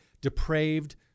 depraved